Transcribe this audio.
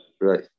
Right